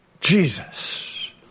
Jesus